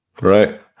Right